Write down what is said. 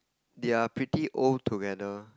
they are pretty old together